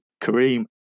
Kareem